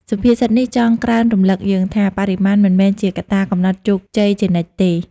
សុភាសិតនេះចង់ក្រើនរំលឹកយើងថា បរិមាណ មិនមែនជាកត្តាកំណត់ជោគជ័យជានិច្ចទេ។